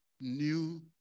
new